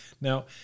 Now